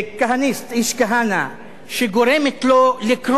שגורמת לו לקרוע ספר קודש,